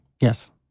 Yes